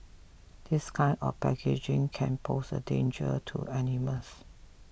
this kind of packaging can pose a danger to animals